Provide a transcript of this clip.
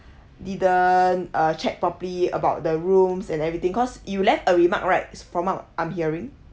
didn't uh check properly about the rooms and everything cause you left a remark right s~ from what I'm hearing